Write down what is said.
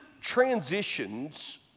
transitions